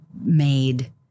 made